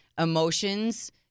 emotions